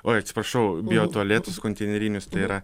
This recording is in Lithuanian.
oi atsiprašau biotualetus konteinerinius tai yra